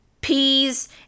peas